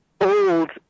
old